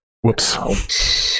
Whoops